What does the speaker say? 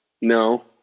no